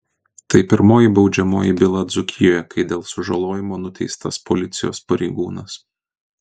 tai pirmoji baudžiamoji byla dzūkijoje kai dėl sužalojimo nuteistas policijos pareigūnas